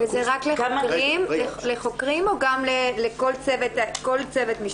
זה רק לחוקרים או גם לכל צוות משטרה?